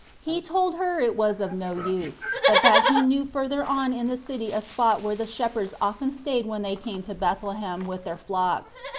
he told her it was of no use, but that he knew further on in the city a spot where the shepherds often stayed when they came to bethlehem with their flocks,